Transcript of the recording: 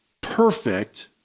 perfect